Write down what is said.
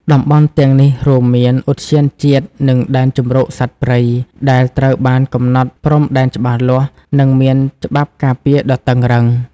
តំបន់ទាំងនេះរួមមាន ឧទ្យានជាតិ និង ដែនជម្រកសត្វព្រៃ ដែលត្រូវបានកំណត់ព្រំដែនច្បាស់លាស់ និងមានច្បាប់ការពារដ៏តឹងរ៉ឹង។